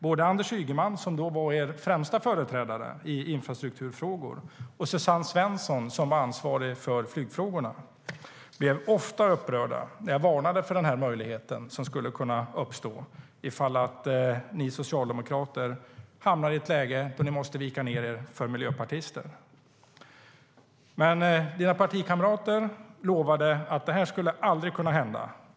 Både Anders Ygeman, som då var er främsta företrädare i infrastrukturfrågor, och Suzanne Svensson, som var ansvarig för flygfrågorna, blev ofta upprörda när jag varnade för den möjlighet som skulle kunna uppstå ifall ni socialdemokrater hamnade i ett läge där ni måste vika ned er för miljöpartister. Men era partikamrater lovade att det aldrig skulle kunna hända.